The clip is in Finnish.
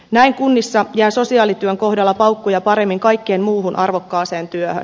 näin kunnissa jää sosiaalityön kohdalla paukkuja paremmin kaikkeen muuhun arvokkaaseen työhön